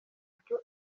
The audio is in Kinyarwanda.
buryo